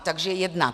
Takže jednak...